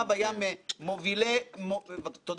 אגב, מנקודת המוצא הזאת אני יצאתי לדרך.